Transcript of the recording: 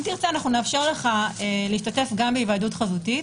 אם תרצה, נאפשר לך להשתתף גם בהיוועדות חזותית,